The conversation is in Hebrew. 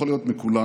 יכול להיות מכולן,